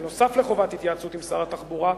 נוסף על חובת ההתייעצות עם שר התחבורה,